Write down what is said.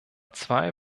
zwei